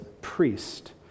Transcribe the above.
priest